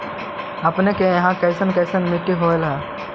अपने के यहाँ कैसन कैसन मिट्टी होब है?